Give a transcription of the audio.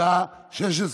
בשעה